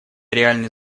реальный